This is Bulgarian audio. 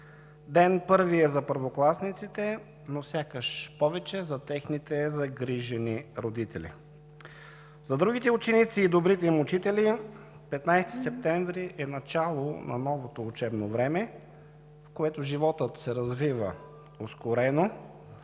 Ден първи е за първокласниците, но сякаш повече за техните загрижени родители. За другите ученици и добрите им учители 15 септември е начало на новото учебно време, в което животът се развива ускорено